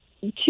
two